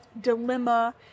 dilemma